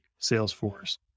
Salesforce